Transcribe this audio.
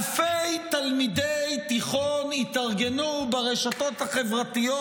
אלפי תלמידי תיכון התארגנו ברשתות החברתיות,